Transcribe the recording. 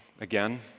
again